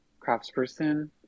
craftsperson